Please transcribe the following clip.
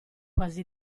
quasi